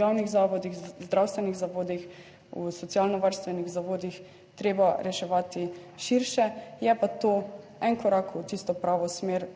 javnih zavodih, zdravstvenih zavodih, v socialnovarstvenih zavodih treba reševati širše. Je pa to en korak v tisto pravo smer,